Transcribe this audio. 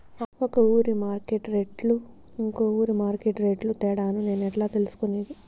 ఒక ఊరి మార్కెట్ రేట్లు ఇంకో ఊరి మార్కెట్ రేట్లు తేడాను నేను ఎట్లా తెలుసుకునేది?